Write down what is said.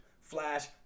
Flash